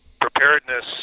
preparedness